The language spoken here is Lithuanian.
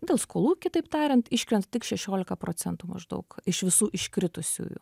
dėl skolų kitaip tariant iškrenta tik šešiolika procentų maždaug iš visų iškritusiųjų